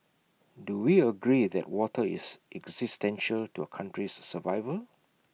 do we agree that water is existential to our country's survival